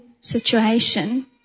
situation